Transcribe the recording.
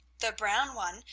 the brown one,